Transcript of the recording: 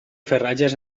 farratges